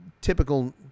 typical